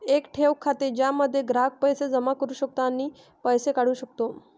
एक ठेव खाते ज्यामध्ये ग्राहक पैसे जमा करू शकतो आणि पैसे काढू शकतो